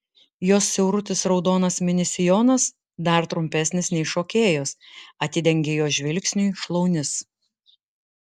jos siaurutis raudonas mini sijonas dar trumpesnis nei šokėjos atidengia jo žvilgsniui šlaunis